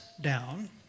down